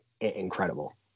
incredible